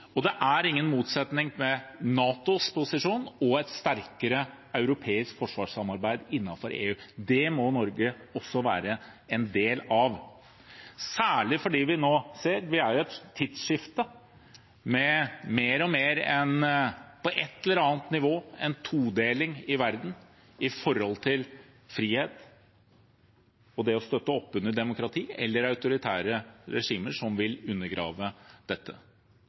Og det er ingen motsetning mellom NATOs posisjon og et sterkere europeisk forsvarssamarbeid innenfor EU. Det må Norge også være en del av, særlig fordi vi på et eller annet nivå nå ser – vi er i et tidsskifte – mer og mer en todeling i verden når det gjelder frihet og det å støtte opp under demokrati eller autoritære regimer som vil undergrave dette.